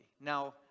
Now